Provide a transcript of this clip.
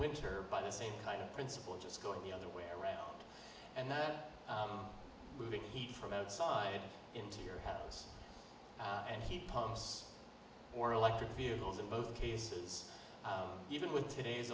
winter by the same kind of principle of just going the other way around and then moving heat from outside into your house and he pumps or electric vehicles in both cases even with today's